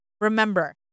remember